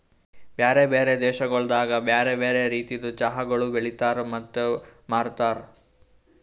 ಬ್ಯಾರೆ ಬ್ಯಾರೆ ದೇಶಗೊಳ್ದಾಗ್ ಬ್ಯಾರೆ ಬ್ಯಾರೆ ರೀತಿದ್ ಚಹಾಗೊಳ್ ಬೆಳಿತಾರ್ ಮತ್ತ ಮಾರ್ತಾರ್